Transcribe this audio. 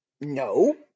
No